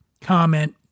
comment